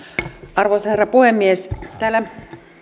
arvoisa herra puhemies täällä